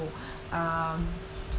um